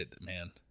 man